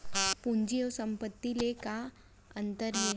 पूंजी अऊ संपत्ति ले का अंतर हे?